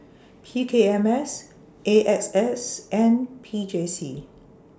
P K M S A X S and P J C